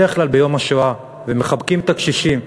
בדרך כלל ביום השואה, ומחבקים את הקשישים,